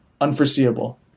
unforeseeable